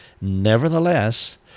nevertheless